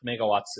megawatts